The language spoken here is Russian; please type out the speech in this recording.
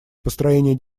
построение